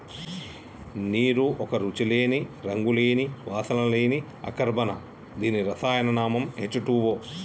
నీరు ఒక రుచి లేని, రంగు లేని, వాసన లేని అకర్బన దీని రసాయన నామం హెచ్ టూవో